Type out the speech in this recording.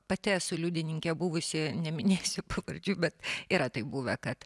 pati esu liudininkė buvusi neminėsiu pavardžių bet yra taip buvę kad